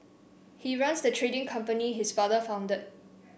he runs the trading company his father founded